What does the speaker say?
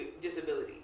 disability